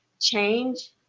change